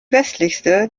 westlichste